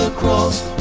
ah cross